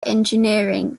engineering